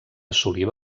assolir